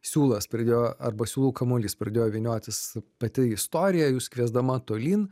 siūlas pradėjo arba siūlų kamuolys pradėjo vyniotis pati istorija jus kviesdama tolyn